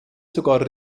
sogar